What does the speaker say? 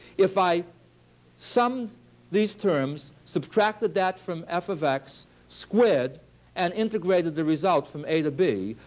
if i summed these terms, subtracted that from f of x squared and integrated the results from a to b,